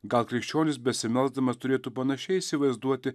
gal krikščionis besimelsdamas turėtų panašiai įsivaizduoti